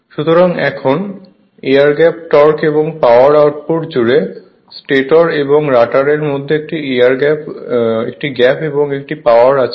সুতরাং এখন air gap torque এবং পাওয়ার আউটপুট জুড়ে স্টেটর এবং রটারের মধ্যে একটি একটি গ্যাপ এবং এবং একটি পাওয়ার আছে